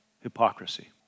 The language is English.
hypocrisy